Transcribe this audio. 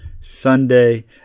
Sunday